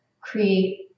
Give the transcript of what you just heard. create